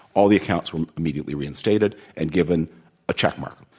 all the accounts were immediately reinstated and given a checkmark.